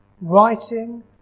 Writing